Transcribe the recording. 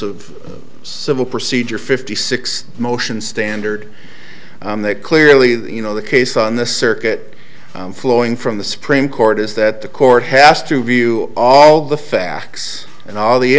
of civil procedure fifty six motion standard that clearly you know the case on the circuit flowing from the supreme court is that the court has to view all the facts and all the